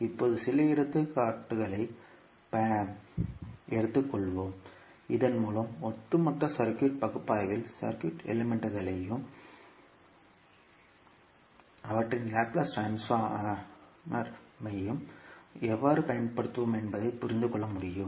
எனவே இப்போது சில எடுத்துக்காட்டுகளை எடுத்துக்கொள்வோம் இதன் மூலம் ஒட்டுமொத்த சர்க்யூட் பகுப்பாய்வில் சர்க்யூட் எலிமெண்ட்களையும் circuit elements0 அவற்றின் லாப்லேஸ் ட்ரான்ஸ்போர் மையும் எவ்வாறு பயன்படுத்துவோம் என்பதைப் புரிந்து கொள்ள முடியும்